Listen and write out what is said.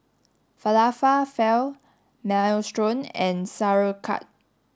Falafel Minestrone and Sauerkraut